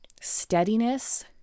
Steadiness